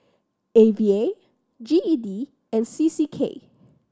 A V A G E D and C C K